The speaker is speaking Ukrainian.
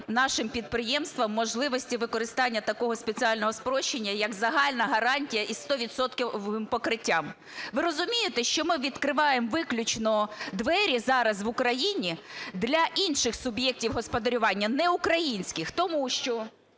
нашим підприємствам можливості використання такого спеціального спрощення як загальна гарантія із 100-відсотковим покриттям. Ви розумієте, що ми відкриваємо виключно двері зараз в Україні для інших суб'єктів господарювання неукраїнських, тому що